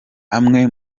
amwe